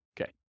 Okay